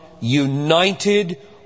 united